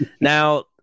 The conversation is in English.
Now